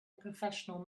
professional